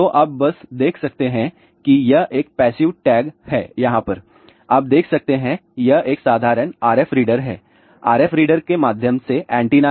तो आप बस देख सकते हैं कि यह एक पैसिव टैग है यहाँ पर आप देख सकते हैं कि यह एक साधारण RF रीडर है RF रीडर के माध्यम से एंटीना है